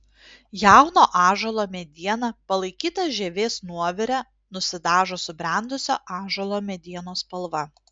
jauno ąžuolo mediena palaikyta žievės nuovire nusidažo subrendusio ąžuolo medienos spalva